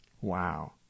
Wow